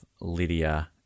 Lydia